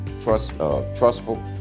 trustful